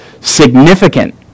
significant